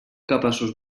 capaços